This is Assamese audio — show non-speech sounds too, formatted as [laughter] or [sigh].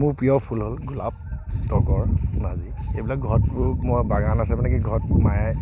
মোৰ প্ৰিয় ফুল হ'ল গোলাপ তগৰ নাৰ্জী এইবিলাক ঘৰত [unintelligible] মই বাগান আছে মানে কি ঘৰত মায়ে